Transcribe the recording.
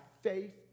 faith